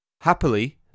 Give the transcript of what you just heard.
Happily